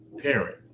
Parent